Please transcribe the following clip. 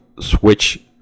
switch